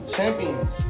Champions